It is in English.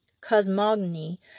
cosmogony